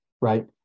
right